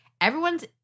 Everyone's